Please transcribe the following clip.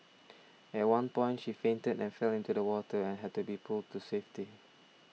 at one point she fainted and fell into the water and had to be pulled to safety